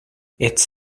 its